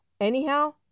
Anyhow